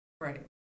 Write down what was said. Right